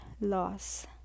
loss